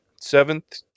seventh